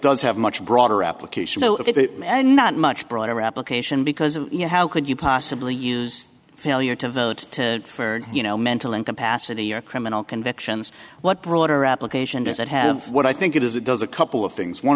does have much broader application so if not much broader application because you know how could you possibly use failure to vote for you know mental incapacity or criminal convictions what broader application does it have what i think it is it does a couple of things one